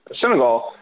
Senegal